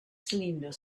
cylinder